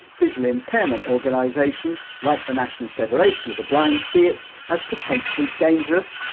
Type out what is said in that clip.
visual impairment organisations, like the national federation of the blind, see it as potentially dangerous,